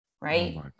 right